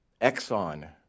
Exxon